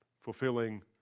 fulfilling